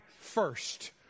first